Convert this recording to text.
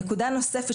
נקודה נוספת,